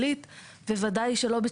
לא יודע,